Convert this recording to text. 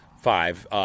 five